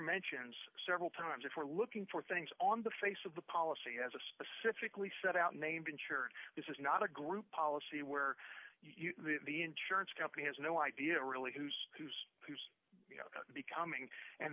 mentions several times if we're looking for things on the face of the policy has a specifically set out named insurance this is not a group policy where the insurance company has no idea really who's who's who's becoming and